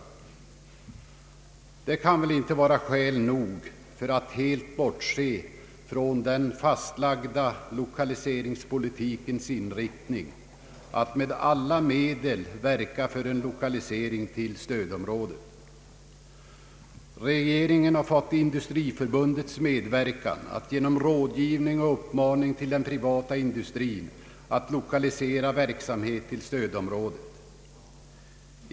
Transportkostnaderna kan väl inte vara skäl nog för att helt bortse från den fastlagda lokaliseringspolitikens inriktning att med alla medel verka för en lokalisering till stödområdet. Regeringen har fått Industriförbundets medverkan att genom rådgivning och uppmaning till den privata industrin lokalisera verksamhet till stödområdet.